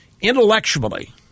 intellectually